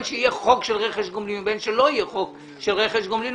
שיהיה חוק של רכש גומלין ובין שלא יהיה חוק של רכש גומלין,